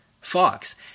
Fox